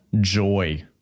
joy